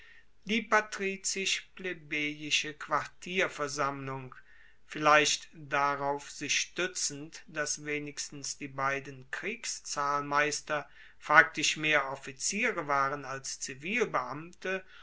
die patrizisch plebejische quartierversammlung vielleicht darauf sich stuetzend dass wenigstens die beiden kriegszahlmeister faktisch mehr offiziere waren als zivilbeamte